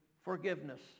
forgiveness